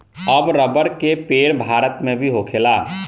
अब रबर के पेड़ भारत मे भी होखेला